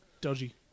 Dodgy